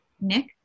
Nick